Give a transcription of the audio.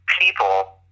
people